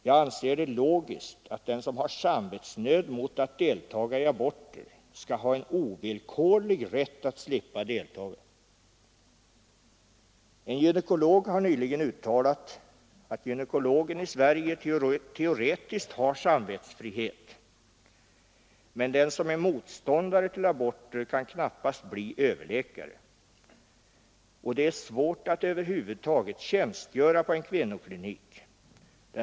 Jag anser det logiskt att den som har samvetsnöd mot att deltaga i aborter skall ha en ovillkorlig rätt att slippa deltaga. En gynekolog har nyligen uttalat att gynekologen i Sverige teoretiskt har samvetsfrihet, men att den som är motståndare till aborter knappast kan bli överläkare. Och det är svårt att över huvud taget tjänstgöra på en kvinnoklinik.